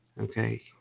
Okay